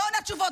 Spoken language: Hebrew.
לא עונה תשובות,